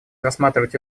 рассматривать